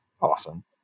awesome